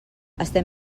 estem